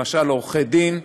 למשל עורכי-דין,